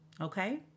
Okay